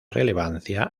relevancia